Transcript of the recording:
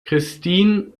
christine